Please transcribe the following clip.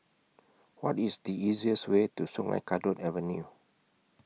What IS The easiest Way to Sungei Kadut Avenue